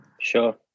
Sure